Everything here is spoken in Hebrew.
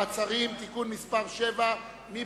מעצרים) (תיקון מס' 7) (חזקת הימלטות מן הדין וחזקת מסוכנות).